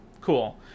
cool